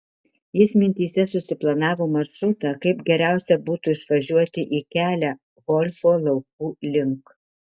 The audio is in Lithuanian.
jis mintyse susiplanavo maršrutą kaip geriausia būtų išvažiuoti į kelią golfo laukų link